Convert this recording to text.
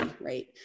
right